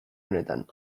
honetan